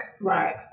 Right